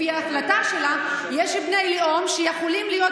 לפי ההחלטה שלה יש בני לאום שיכולים להיות